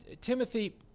Timothy